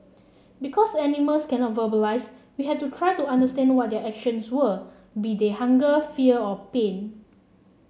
because animals cannot verbalise we had to try to understand what their actions were be they hunger fear or pain